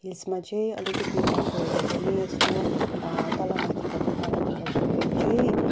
हिल्समा चाहिँ अलिकति बाटोहरू पनि यस्तो तलमाथि भएको कारणले गर्दाखेरि चाहिँ